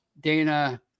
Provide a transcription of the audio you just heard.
Dana